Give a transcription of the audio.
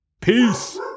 Peace